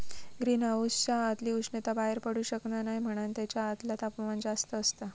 green हाउसच्या आतली उष्णता बाहेर पडू शकना नाय म्हणान तेच्या आतला तापमान जास्त असता